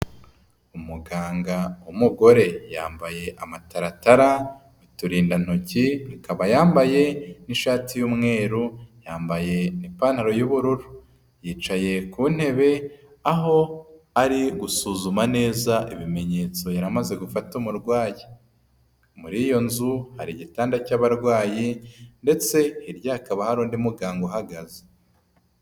Umuganga w'umugore yambaye amataratara, uturindantoki, akaba yambaye n'ishati y'umweru, yambaye n'ipantaro y'ubururu. Yicaye ku ntebe aho ari gusuzuma neza ibimenyetso yari amaze gufata umurwayi. Muri iyo nzu hari igitanda cy'abarwayi ndetse hirya hakaba hari undi muganga uhagaze.